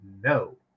No